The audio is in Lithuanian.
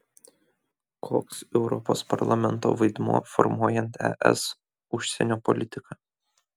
koks europos parlamento vaidmuo formuojant es užsienio politiką